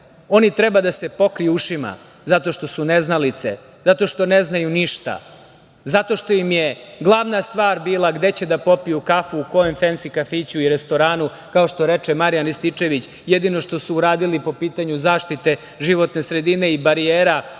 Oni treba da se pokriju ušima zato što su neznalice, zato što ne znaju ništa, zato što im je glavna stvar bila gde će da popiju kafu, u kom fensi kafiću i restoranu. Kao što reče Marijan Rističević, jedino što su uradili po pitanju zaštite životne sredine i barijera, o toj